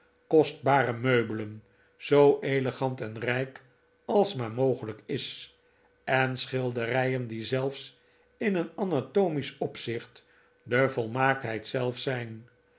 kostbare meubelen zoo elegant en rijk als maar mogelijk is en schilderijen die zelfs in een anatomisch opzicht de volmaaktheid zelf zijn